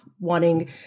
wanting